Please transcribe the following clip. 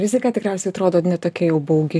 rizika tikriausiai atrodo ne tokia jau baugi